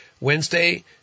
Wednesday